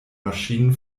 maschinen